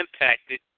impacted